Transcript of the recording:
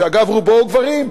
שאגב רובו הוא גברים,